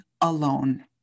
alone